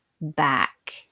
back